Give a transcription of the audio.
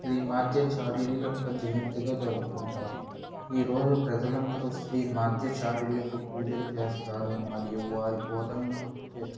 శ్రీ మాధ్యచార్యులు యొక్క జయంతిగా జరుపుకుంటారు ఈరోజు ప్రజలందరూ శ్రీ మాధ్యచార్యులకు పూజలు చేస్తారు మరియు వారి బోధనలు గుర్తు చేసుకుంటారు